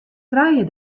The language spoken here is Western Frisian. trije